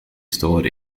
stored